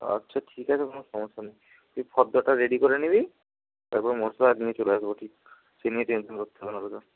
আচ্ছা ঠিক আছে কোনো সমস্যা নেই তুই ফর্দটা রেডি করে নিবি তারপরে মশলা নিয়ে চলে আসব ঠিক সে নিয়ে টেনশান করতে হবে না তোকে